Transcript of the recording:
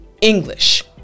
English